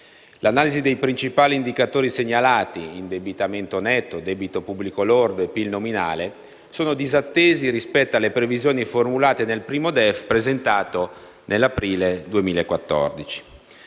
L'analisi dei principali indicatori segnalati (indebitamento netto, debito pubblico lordo e PIL nominale) sono disattesi rispetto alle previsioni formulate nel primo DEF presentato nell'aprile 2014.